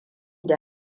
da